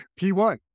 P1